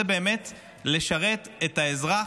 זה באמת לשרת את האזרח,